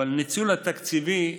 אבל הניצול התקציבי,